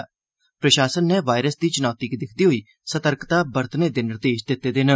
प्रशासन नै वायरस दी च्नौति गी दिक्खदे होई सतर्कता बरतने दे निर्देश दिते दे न